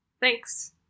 Thanks